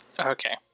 Okay